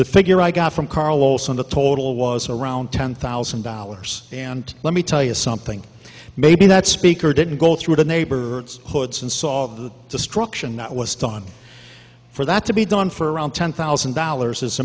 the figure i got from carlos on the total was around ten thousand dollars and let me tell you something maybe that speaker didn't go through the neighborhoods hoods and saw the destruction that was done for that to be done for around ten thousand dollars is